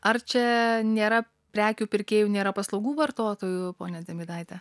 ar čia nėra prekių pirkėjų nėra paslaugų vartotojų ponia dzemydaite